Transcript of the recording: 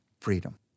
freedom